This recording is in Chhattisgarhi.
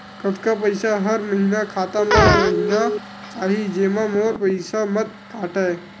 कतका पईसा हर महीना खाता मा रहिना चाही जेमा मोर पईसा मत काटे?